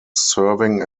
serving